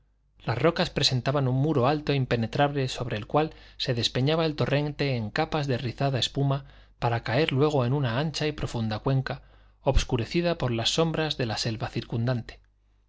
las rocas presentaban un muro alto e impenetrable sobre el cual se despeñaba el torrente en capas de rizada espuma para caer luego en una ancha y profunda cuenca obscurecida por las sombras de la selva circundante